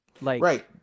Right